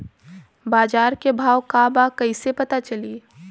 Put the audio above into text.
बाजार के भाव का बा कईसे पता चली?